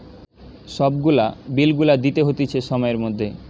সব গুলা বিল গুলা দিতে হতিছে সময়ের মধ্যে